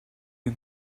you